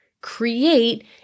Create